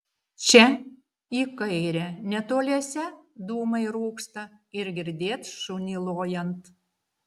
čia į kairę netoliese dūmai rūksta ir girdėt šunį lojant